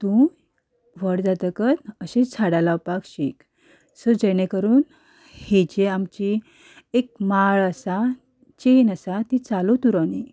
तूं व्हड जातकच अशींच झाडां लावपाक शीक सो जेणे करून ही जी आमची एक माळ आसा चॅन आसा ती चालोच उरोंदी